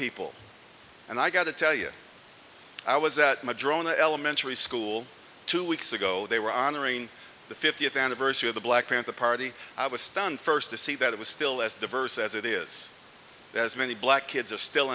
people and i got to tell you i was drawn to elementary school two weeks ago they were honoring the fiftieth anniversary of the black panther party i was stunned first to see that it was still as diverse as it is as many black kids are still